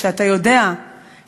כשאתה יודע שהחיים,